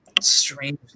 strange